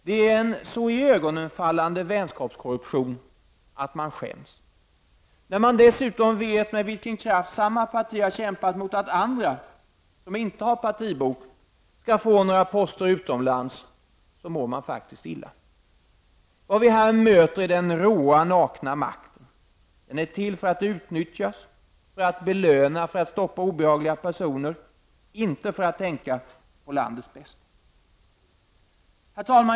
Det är en så iögonfallande vänskapskorruption att man skäms. När man dessutom vet med vilken kraft samma parti har kämpat mot att andra -- som inte har partibok -- skall få några poster utomlands så mår man illa. Vad vi här möter är den råa, nakna makten. Den är till för att utnyttjas, för att belöna, för att stoppa obehagliga personer, inte för att tänka på landets bästa. Herr talman!